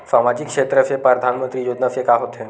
सामजिक क्षेत्र से परधानमंतरी योजना से का होथे?